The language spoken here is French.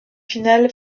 finale